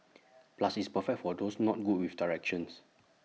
plus it's perfect for those not good with directions